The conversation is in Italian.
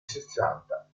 sessanta